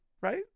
right